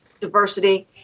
diversity